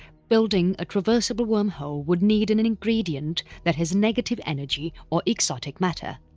building a traversable wormhole would need an an ingredient that has negative energy or exotic matter.